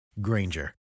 Granger